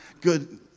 good